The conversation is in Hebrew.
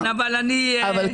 חברת הכנסת לשעבר.